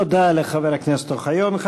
תודה לחבר הכנסת אוחיון.